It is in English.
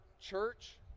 church